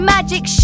Magic